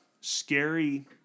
scary